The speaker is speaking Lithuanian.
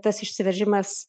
tas išsiveržimas